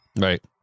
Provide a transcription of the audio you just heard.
Right